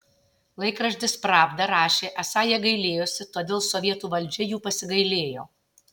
laikraštis pravda rašė esą jie gailėjosi todėl sovietų valdžia jų pasigailėjo